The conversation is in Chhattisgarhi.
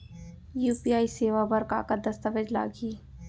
यू.पी.आई सेवा बर का का दस्तावेज लागही?